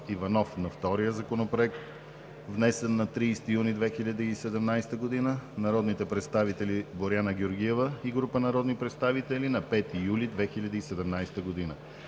Иванов – на втория Законопроект, внесен на 30 юни 2017 г.; народните представители Боряна Георгиева и група народни представители на 5 юли 2017 г.